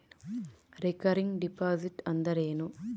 Recurring deposit ಅಂದರೇನು?